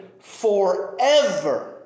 forever